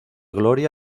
gloria